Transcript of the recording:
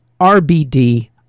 RBD